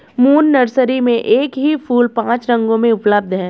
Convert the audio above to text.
moon nursery में एक ही फूल पांच रंगों में उपलब्ध है